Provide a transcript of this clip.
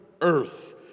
earth